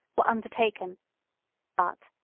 were undertaken but,